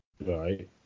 Right